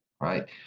right